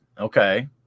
Okay